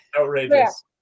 Outrageous